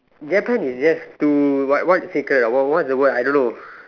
Japan is just too what what sacred what what is the word I don't know